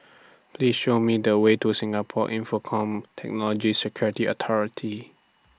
Please Show Me The Way to Singapore Infocomm Technology Security Authority